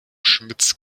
schmitz